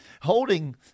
holding